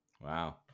Wow